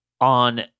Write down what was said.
on